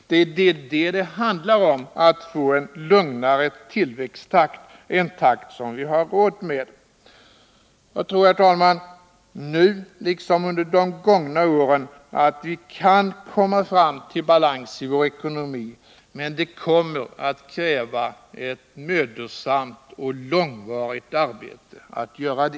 Det är detta som det handlar om — att få en lugnare tillväxttakt, en takt som vi har råd med. Jag tror, herr talman, nu liksom under de gångna åren, att vi kan komma fram till balans i vår ekonomi. Men det kommer att kräva ett mödosamt och långvarigt arbete.